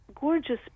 gorgeous